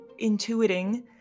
intuiting